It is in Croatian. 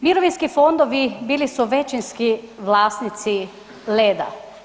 Mirovinski fondovi bili su većinski vlasnici Leda.